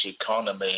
economy